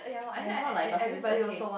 ya it's not like bucket list okay